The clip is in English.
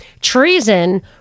treason